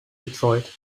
detroit